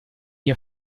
gli